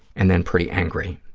and then pretty angry.